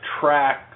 track